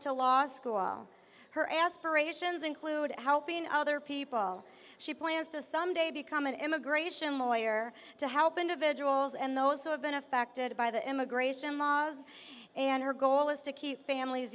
to law school her aspirations include helping other people she plans to someday become an immigration lawyer to help individuals and those who have been affected by the immigration laws and her goal is to keep families